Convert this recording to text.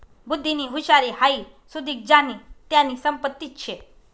बुध्दीनी हुशारी हाई सुदीक ज्यानी त्यानी संपत्तीच शे